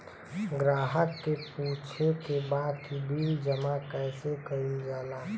ग्राहक के पूछे के बा की बिल जमा कैसे कईल जाला?